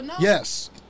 Yes